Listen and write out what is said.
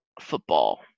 Football